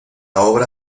obra